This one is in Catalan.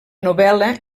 novel·la